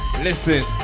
Listen